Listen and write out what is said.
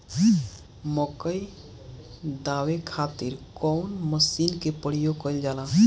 मकई दावे खातीर कउन मसीन के प्रयोग कईल जाला?